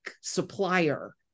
supplier